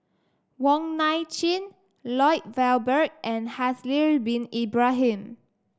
Wong Nai Chin Lloyd Valberg and Haslir Bin Ibrahim